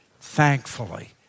Thankfully